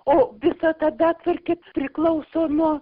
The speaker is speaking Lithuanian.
o visa ta betvarkė priklauso nuo